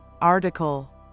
Article